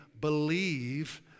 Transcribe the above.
believe